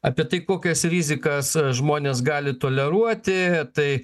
apie tai kokias rizikas žmonės gali toleruoti tai